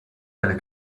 dalle